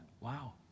Wow